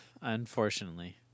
unfortunately